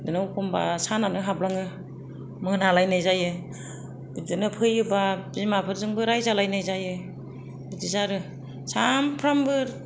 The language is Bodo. बिदिनो एखम्बा सानानो हाबलाङो मोनालायनाय जायो बिदिनो फैयोब्ला बिमाफोरजोंबो रायजालायनाय जायो बिदि आरो सानफ्रोमबो